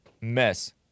mess